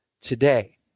today